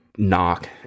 knock